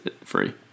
free